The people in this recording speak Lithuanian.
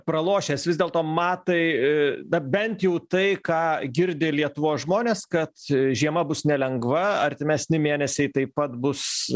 pralošęs vis dėlto matai na bent jau tai ką girdi lietuvos žmonės kad žiema bus nelengva artimesni mėnesiai taip pat bus